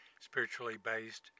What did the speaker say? spiritually-based